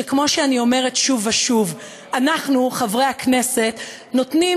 שכמו שאני אומרת שוב ושוב: אנחנו חברי הכנסת נותנים